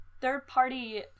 third-party